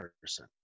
person